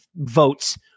votes